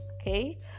Okay